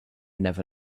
never